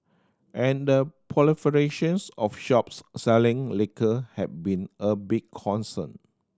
and the of shops selling liquor have been a big concern